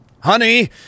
Honey